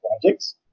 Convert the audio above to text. projects